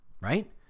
right